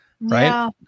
right